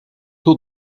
tour